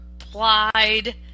applied